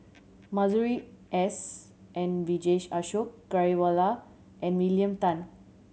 Masuri S N Vijesh Ashok Ghariwala and William Tan